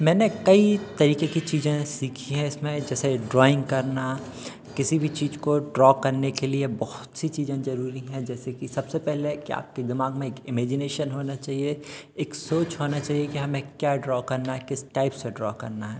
मैंने कई तरीके की चीज़ें सीखी हैं इसमें जैसे ड्राइंग करना किसी भी चीज को ड्रॉ करने के लिए बहुत सी चीज़ें जरूरी हैं जैसे कि सबसे पहले कि आपके दिमाग में एक इमैजिनेशन होना चाहिए एक सोच होना चाहिए कि हमें क्या ड्रॉ करना है किस टाइप से ड्रॉ करना है